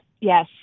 yes